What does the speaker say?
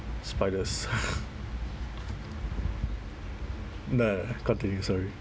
spiders no no continue sorry